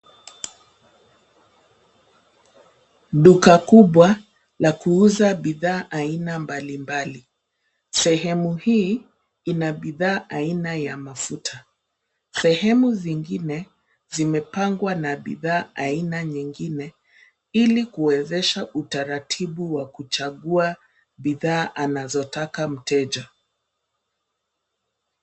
Duka kubwa la kuuza bidhaa aina mbalimbali. Sehemu hii ina bidhaa aina ya mafuta. Sehemu zingine zimepangwa na bidhaa aina nyingine, ili kuwezesha utaratibu wa kuchagua bidhaa anazotaka mteja.